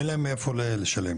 אין להם מאיפה לשלם,